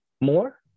more